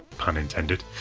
pun intended,